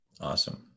Awesome